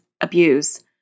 abuse